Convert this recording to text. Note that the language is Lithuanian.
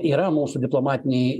yra mūsų diplomatinėj